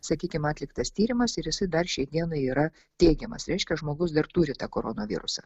sakykim atliktas tyrimas ir jisai dar šiai dienai yra teigiamas reiškia žmogus dar turi tą koronavirusą